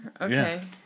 Okay